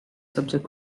subject